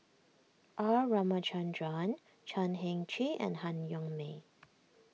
R Ramachandran Chan Heng Chee and Han Yong May